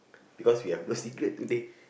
because we have a secret thing